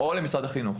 או למשרד החינוך.